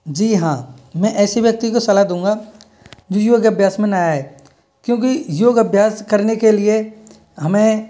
जी हाँ मैं ऐसे व्यक्ति को सलाह दूँगा जो योग अभ्यास में नया है क्योंकि योग अभ्यास करने के लिए हमें